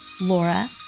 Laura